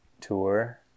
Tour